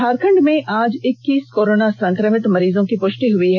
झारखंड में आज इक्कीस कोरोना संक्रमित मरीजों की पुष्टि हुई है